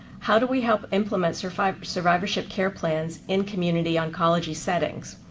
how do we help implement survivorship survivorship care plans in community oncology settings?